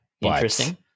Interesting